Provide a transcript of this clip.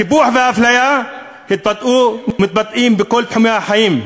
הקיפוח והאפליה התבטאו ומתבטאים בכל תחומי החיים.